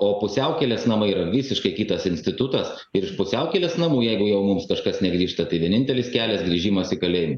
o pusiaukelės namai yra visiškai kitas institutas ir iš pusiaukelės namų jeigu jau mums kažkas negrįžta tai vienintelis kelias grįžimas į kalėjimą